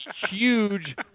huge